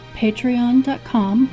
patreon.com